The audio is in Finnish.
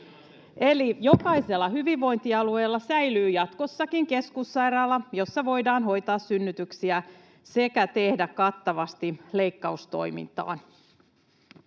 jokaisella hyvinvointialueella säilyy jatkossakin keskussairaala, jossa voidaan hoitaa synnytyksiä sekä tehdä kattavasti leikkaustoimintaa.